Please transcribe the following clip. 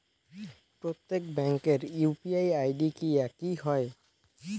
প্রত্যেক ব্যাংকের UPI ID কি একই হয়?